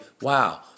Wow